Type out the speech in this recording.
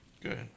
Good